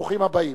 ברוכים הבאים.